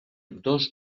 dos